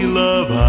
love